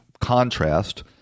contrast